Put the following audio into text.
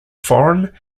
foreign